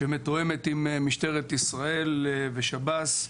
שמתואמת עם משטרת ישראל ושב"ס.